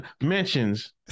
mentions